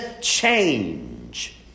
change